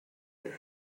you